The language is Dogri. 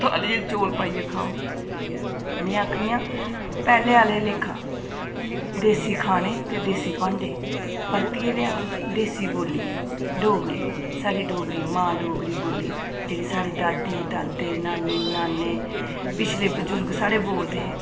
थाआलियै चौल पाइयै खाओ में आखनी आं पैह्लें आह्ले लेखा देसी खाने ते देसी भांडे परतियै लेआओ देसी बोली डोगरी साढ़ी डोगरी मां डोगरी बोली जेह्ड़ी साढ़ी दादी दादे नानी नाने पिछले बजुर्ग साढ़े बोलदे हे